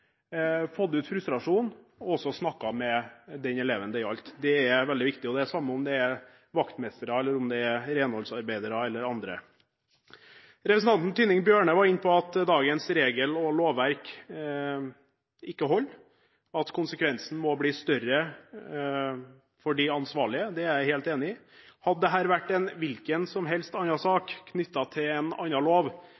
ut frustrasjonen, og han snakket også med den eleven som var ansvarlig. Det er veldig viktig. Og det er det samme om det er vaktmestere, renholdsarbeidere eller andre. Representanten Tynning Bjørnø var inne på at dagens regel- og lovverk ikke holder, og at konsekvensen må bli større for de ansvarlige. Det er jeg helt enig i. Hadde dette vært en hvilken som helst annen sak knyttet til en annen lov,